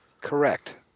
Correct